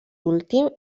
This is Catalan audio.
últim